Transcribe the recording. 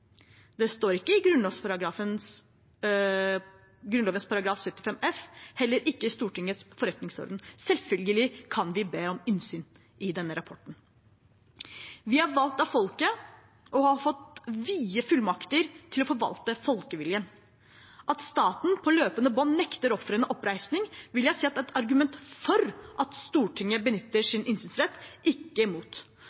Det står ikke i Grunnloven § 75 f, heller ikke i Stortingets forretningsorden. Selvfølgelig kan vi be om innsyn i denne rapporten. Vi er valgt av folket og har fått vide fullmakter til å forvalte folkeviljen. At staten på løpende bånd nekter ofrene oppreisning, vil jeg si er et argument for at Stortinget benytter